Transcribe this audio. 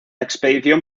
expedición